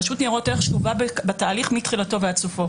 רשות ניירות ערך שהובא בתהליך מתחילתו ועד סופו.